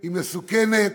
היא מסוכנת,